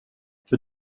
för